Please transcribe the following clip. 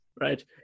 right